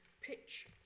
pitch